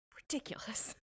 Ridiculous